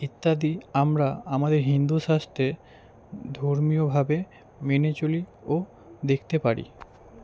ইত্যাদি আমরা আমাদের হিন্দু শাস্ত্রে ধর্মীয়ভাবে মেনে চলি ও দেখতে পারি